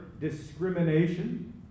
discrimination